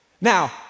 Now